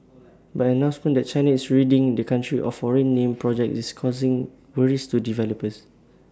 but announcement that China is ridding the country of foreign name projects is causing worries to developers